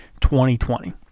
2020